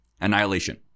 Annihilation